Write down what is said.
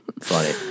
Funny